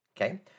okay